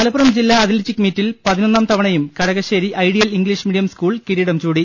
മലപ്പുറം ജില്ലാ അത്ലറ്റിക് മീറ്റിൽ പതിനൊന്നാം തവണയും Kadakassery ideal English medium school കിരീടം ചൂടി